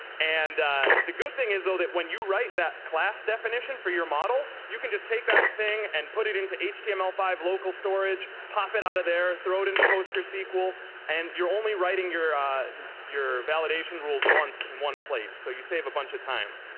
and the good thing is though that when you write that class definition for your model, you can just take that thing and put in into html five local storage, pop it out of there, throw it into post gro sequel and you're only writing your your validation rules once in one place, so you save a bunch of time.